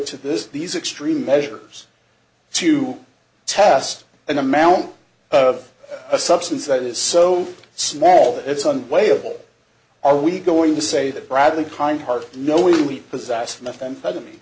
to this these extreme measures to test an amount of a substance that is so small it's one way of all are we going to say that bradley kind heart no we possess methamphetamine